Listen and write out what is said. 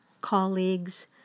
colleagues